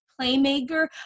playmaker